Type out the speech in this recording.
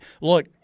Look